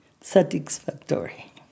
satisfactory